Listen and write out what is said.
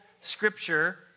Scripture